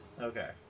Okay